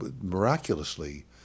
miraculously